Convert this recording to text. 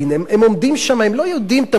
הם עומדים שם, הם לא יודעים תמיד.